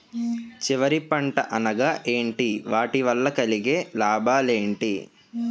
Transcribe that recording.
చివరి పంట అనగా ఏంటి వాటి వల్ల కలిగే లాభాలు ఏంటి